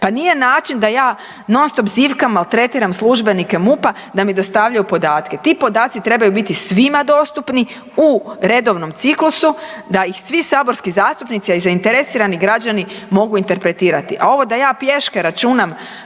Pa nije način da ja non stop zivkam, maltretiram službenike MUP-a da mi dostavljaju podatke. Ti podaci trebaju biti svima dostupni u redovnom ciklusu da ih svih saborski zastupnici, a i zainteresirani građani mogu interpretirati. A ovo da ja pješke računam